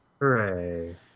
hooray